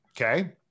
Okay